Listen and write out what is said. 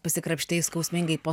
pasikrapštei skausmingai po